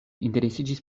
interesiĝis